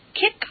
Kick